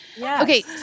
Okay